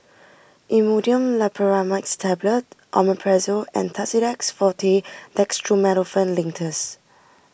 Imodium Loperamide Tablets Omeprazole and Tussidex forte Dextromethorphan Linctus